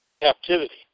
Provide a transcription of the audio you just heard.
captivity